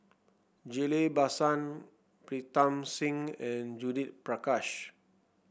Ghillie Basan Pritam Singh and Judith Prakash